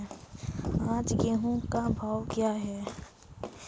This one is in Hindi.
आज गेहूँ का भाव क्या है?